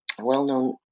well-known